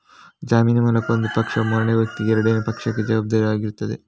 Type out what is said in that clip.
ಜಾಮೀನು ಮೂಲಕ ಒಂದು ಪಕ್ಷವು ಮೂರನೇ ವ್ಯಕ್ತಿಗೆ ಎರಡನೇ ಪಕ್ಷಕ್ಕೆ ಜವಾಬ್ದಾರಿ ಆಗಿರ್ತದೆ